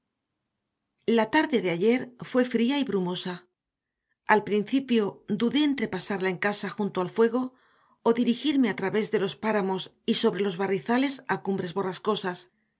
la tarde de ayer fue fría y brumosa al principio dudé entre pasarla en casa junto al fuego o dirigirme a través de los páramos y sobre los barrizales a cumbres